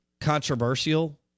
controversial